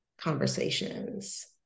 conversations